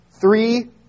Three